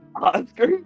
Oscar